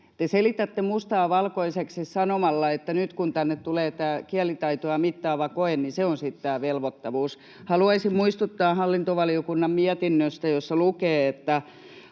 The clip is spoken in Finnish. Te selitätte mustaa valkoiseksi sanomalla, että nyt, kun tänne tulee tämä kielitaitoa mittaava koe, niin se olisi sitten tätä velvoittavuutta. Haluaisin muistuttaa hallintovaliokunnan mietinnöstä, jossa lukee, että